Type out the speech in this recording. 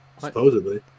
Supposedly